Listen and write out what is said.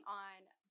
on